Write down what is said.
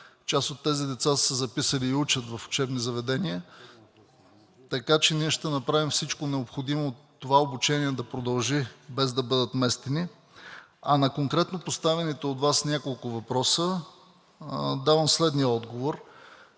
Част от тези деца са се записали и учат в учебни заведения. Така че ние ще направим всичко необходимо това обучение да продължи, без да бъдат местени. А на конкретно поставените от Вас няколко въпроса давам следния отговор: